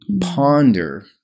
ponder